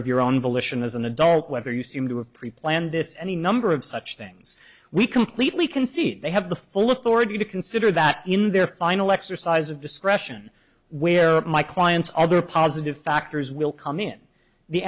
of your own volition as an adult whether you seem to have preplanned this any number of such things we completely concede they have the full authority to consider that in their final exercise of discretion where my client's other positive factors will come in the